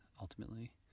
ultimately